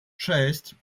шесть